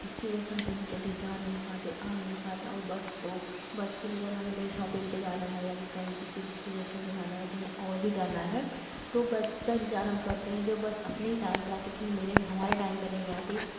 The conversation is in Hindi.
इसकी वजह से हम जल्दी जा नहीं पाते आ नहीं पाते और बस तो बस के लिए अगर हमें शॉपिंग पे जाना हैं या फिर कहीं रीलेशन में जाना है कहीं और भी जाना है तो बस कट जाना करते हैं जो बस अपने ही टाइम पर आती है लेकिन मेरे हमारे टाइम पर नहीं आती